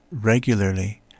regularly